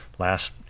Last